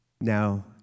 now